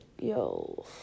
yo